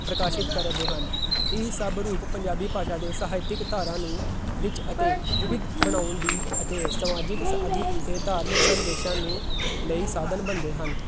ਪ੍ਰਕਾਸ਼ਿਤ ਕਰਦੇ ਹਨ ਇਹ ਸਭ ਰੂਪ ਪੰਜਾਬੀ ਭਾਸ਼ਾ ਦੇ ਸਾਹਿਤਕ ਧਾਰਾ ਨੂੰ ਵਿੱਚ ਅਤੇ ਵਿਵਿੱਧ ਬਣਾਉਣ ਦੀ ਅਤੇ ਸਮਾਜਿਕ ਅਧਿਕ ਅਤੇ ਧਾਰਮਿਕ ਸੰਦੇਸ਼ਾਂ ਨੂੰ ਲਈ ਸਾਧਨ ਬਣਦੇ ਹਨ